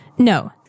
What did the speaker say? No